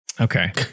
Okay